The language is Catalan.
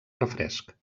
refresc